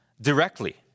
directly